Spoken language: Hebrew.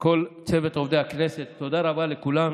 וכל צוות עובדי הכנסת, תודה רבה לכולם.